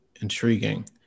intriguing